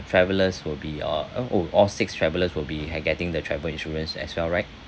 travellers will be uh oh all six travellers will be ha~ getting the travel insurance as well right